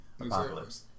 Apocalypse